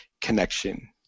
connection